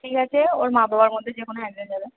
ঠিক আছে ওর মা বাবার মধ্যে যে কোনো একজন যাবে